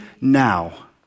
now